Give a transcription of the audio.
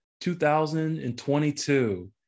2022